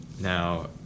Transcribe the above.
Now